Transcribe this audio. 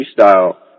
freestyle